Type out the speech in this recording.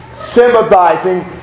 sympathizing